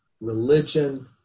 religion